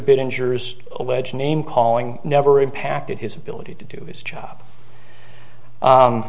big insurers allege name calling never impacted his ability to do his job